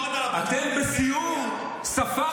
אין לך אף ביקורת על הפרקליטות?